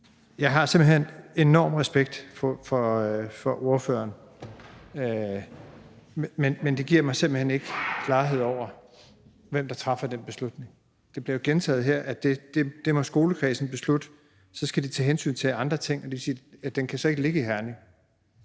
Jeg har simpelt hen en enorm respekt for ordføreren, men det giver mig bare ikke klarhed over, hvem der træffer den beslutning. Det bliver jo gentaget her, at det må skolekredsen beslutte, og så skal de tage hensyn til andre ting. Det vil sige, at den så ikke kan ligge i Herning.